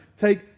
take